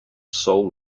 soul